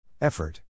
Effort